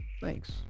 Thanks